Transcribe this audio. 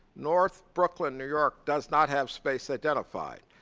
north brooklyn, new york, does not have space identified.